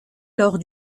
lors